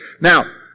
Now